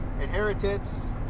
Inheritance